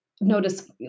notice